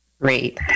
Great